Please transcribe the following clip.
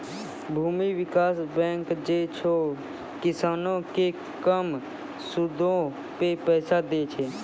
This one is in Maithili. भूमि विकास बैंक जे छै, किसानो के कम सूदो पे पैसा दै छे